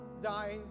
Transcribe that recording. dying